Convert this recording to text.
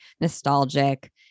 nostalgic